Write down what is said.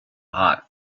hot